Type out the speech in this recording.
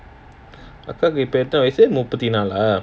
அக்காக்கு இப்ப எத்தனை வயசு முப்பத்தி நாளா:akkaku ippa ethuna wayasu muppathi naalaa